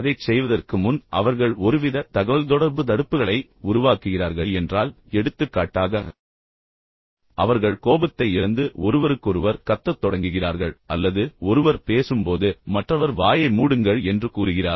அதைச் செய்வதற்கு முன் அவர்கள் ஒருவித தகவல்தொடர்பு தடுப்புகளை உருவாக்குகிறார்கள் என்றால் எடுத்துக்காட்டாக அவர்கள் கோபத்தை இழந்து ஒருவருக்கொருவர் கத்தத் தொடங்குகிறார்கள் அல்லது ஒருவர் பேசும்போது மற்றவர் வாயை மூடுங்கள் என்று கூறுகிறார்